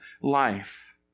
life